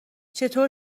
چطور